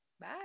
Bye